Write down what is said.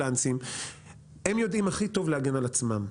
הם יודעים הכי טוב להגן על עצמם.